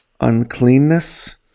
Uncleanness